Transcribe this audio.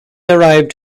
arrived